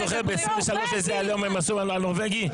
אתה זוכר איזה עליהום הם עשו על הנורווגי ב-2023?